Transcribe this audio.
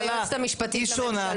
היינו אצל היועצת המשפטית לממשלה.